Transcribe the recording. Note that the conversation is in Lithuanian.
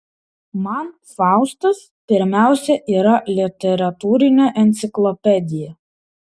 man faustas pirmiausia yra literatūrinė enciklopedija